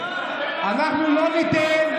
שכרך, אנחנו לא ניתן.